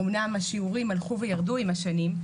אמנם השיעורים הלכו וירדו עם השנים,